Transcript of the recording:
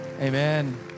Amen